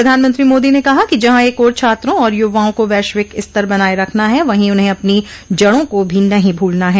प्रधानमंत्री मोदी ने कहा कि जहां एक ओर छात्रों और युवाओं को वैश्विक स्तर बनाए रखना है वहीं उन्हें अपनी जड़ों को भी नहीं भूलना है